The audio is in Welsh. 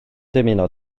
dymuno